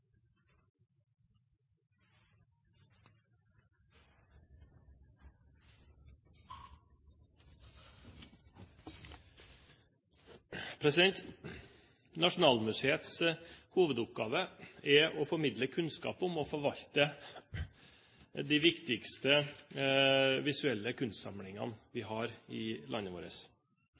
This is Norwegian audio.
å formidle kunnskap om og forvalte de viktigste visuelle kunstsamlingene vi har i landet vårt.